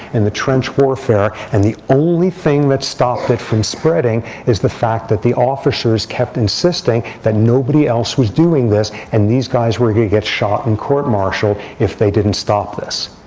and the trench warfare. and the only thing that stopped it from spreading is the fact that the officers kept insisting that nobody else was doing this. and these guys were going to get shot and court marshaled if they didn't stop this.